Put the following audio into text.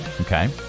okay